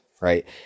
Right